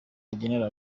agenera